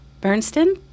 Bernstein